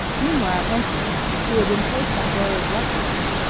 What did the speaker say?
meanwhile anthony, who had been placed on gloria's left hand,